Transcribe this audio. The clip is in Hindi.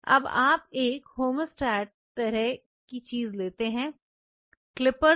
अब आप एक हेमोस्टैट तरह की चीजें लेते हैं क्लिपर्स